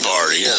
Party